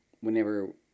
whenever